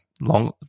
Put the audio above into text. long